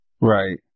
Right